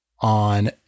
on